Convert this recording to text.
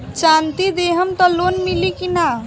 चाँदी देहम त लोन मिली की ना?